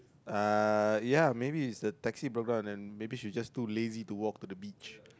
uh ya maybe is the taxi broke down then maybe she just too lazy to walk on the beach